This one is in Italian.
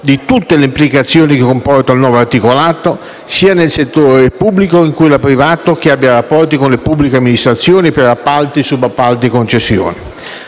di tutte le implicazioni che comporta il nuovo articolato, sia nel settore pubblico che in quello privato che abbia rapporti con le pubbliche amministrazioni per appalti, subappalti o concessioni.